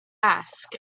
ask